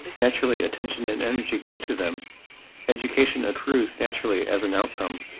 naturally attention and energy go to them education accrues naturally as an outcome,